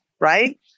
Right